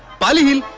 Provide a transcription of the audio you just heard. pali hill!